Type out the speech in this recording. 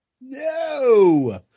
No